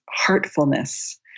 heartfulness